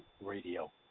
Radio